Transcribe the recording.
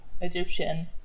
Egyptian